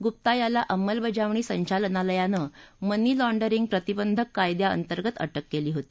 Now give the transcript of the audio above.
गुप्ता याला अंमलबजावणी संचालनालयानं मनी लाँडरिंग प्रतिबंधक कायद्यांतर्गत अटक केली होती